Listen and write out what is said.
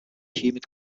humid